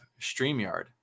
StreamYard